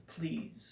please